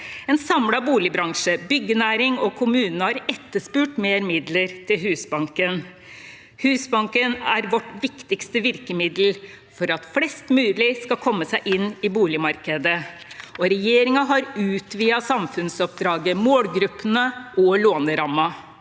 En samlet boligbransje, byggenæringen og kommunene har etterspurt mer midler til Husbanken. Husbanken er vårt viktigste virkemiddel for at flest mulig skal komme seg inn i boligmarkedet, og regjeringen har utvidet samfunnsoppdraget, målgruppene og lånerammen.